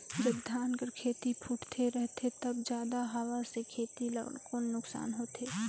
जब धान कर खेती फुटथे रहथे तब जादा हवा से खेती ला कौन नुकसान होथे?